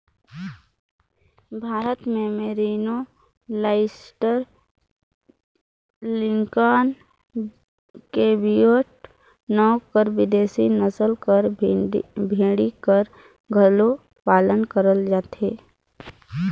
भारत में merino, Leicester, Lincoln, Cheviot नांव कर बिदेसी नसल कर भेड़ी कर घलो पालन करल जाथे